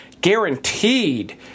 Guaranteed